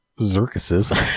circuses